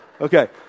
Okay